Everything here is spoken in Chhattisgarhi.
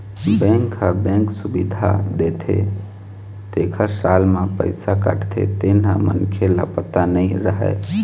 बेंक ह बेंक सुबिधा देथे तेखर साल म पइसा काटथे तेन ह मनखे ल पता नइ रहय